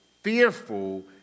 fearful